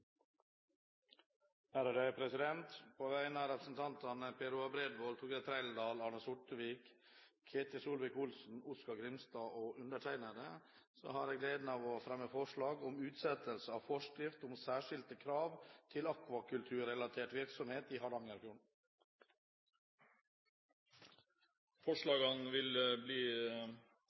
På vegne av representantene Per Roar Bredvold, Torgeir Trældal, Arne Sortevik, Ketil Solvik-Olsen, Oskar J. Grimstad og meg selv har jeg gleden av å fremme forslag om utsettelse av forskrift om særskilte krav til akvakulturrelatert virksomhet i Hardangerfjorden. Forslagene vil bli